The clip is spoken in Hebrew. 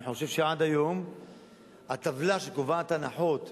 אני חושב שעד היום הטבלה שקובעת הנחות,